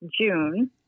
June